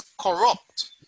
corrupt